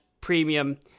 premium